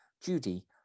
Judy